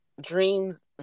dreams